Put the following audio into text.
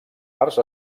arts